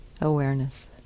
awareness